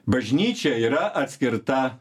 bažnyčia yra atskirta